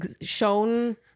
shown